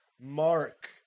mark